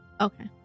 Okay